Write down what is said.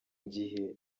gihe